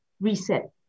Reset